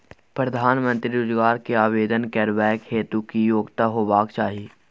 प्रधानमंत्री रोजगार के आवेदन करबैक हेतु की योग्यता होबाक चाही?